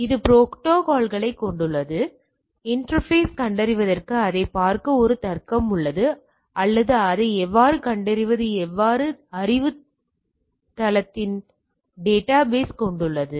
எனவே இது ப்ரோடோகால்ஸ்களைக் கொண்டுள்ளது இன்டெர்பேஸ் கண்டறிவதற்கு அதைப் பார்க்க ஒரு தர்க்கம் உள்ளது அல்லது அதை எவ்வாறு கண்டறிவது என்று அறிவுத் தளத்தின் டேட்டாபேசை கொண்டுள்ளது